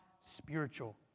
spiritual